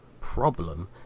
problem